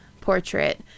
portrait